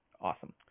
awesome